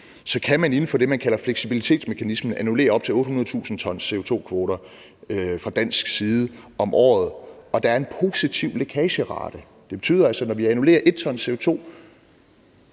kan man inden for det, man kalder fleksibilitetsmekanismen annullere op til 800.000 t CO2-kvoter om året fra dansk side, og der er en positiv lækagerate. Det betyder altså, at når vi annullerer 1 t CO2